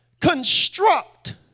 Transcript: construct